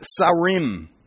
Sarim